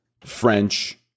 French